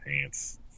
pants